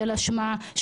של אשמה,